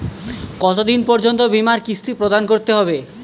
কতো দিন পর্যন্ত বিমার কিস্তি প্রদান করতে হবে?